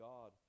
God